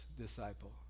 disciple